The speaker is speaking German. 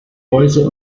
häuser